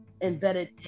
embedded